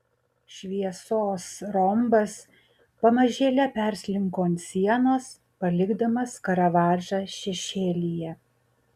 šviesos rombas pamažėle perslinko ant sienos palikdamas karavadžą šešėlyje